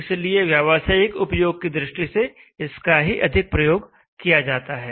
इसलिए व्यावसायिक उपयोग की दृष्टि से इसका ही अधिक प्रयोग किया जाता है